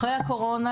אחרי הקורונה,